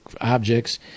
objects